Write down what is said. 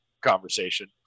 Conversation